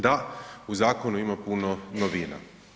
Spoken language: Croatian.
Da, u zakonu ima puno novina.